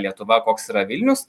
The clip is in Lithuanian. lietuva koks yra vilnius